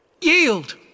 Yield